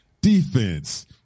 defense